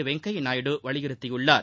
வெங்கையா நாயுடு வலியுறுத்தி உள்ளார்